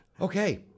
Okay